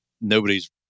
nobody's